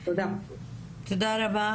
תודה רבה.